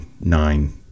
nine